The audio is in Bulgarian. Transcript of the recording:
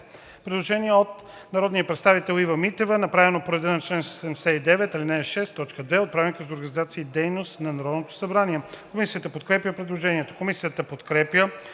Предложение на народния представител Ива Митева, направено по реда на чл. 79, ал. 6, т. 2 от Правилника за организацията и дейността на Народното събрание. Комисията подкрепя предложението. Комисията подкрепя